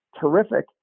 terrific